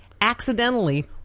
Accidentally